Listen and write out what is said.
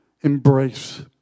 embrace